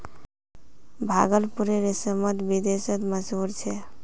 भागलपुरेर रेशम त विदेशतो मशहूर छेक